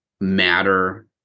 matter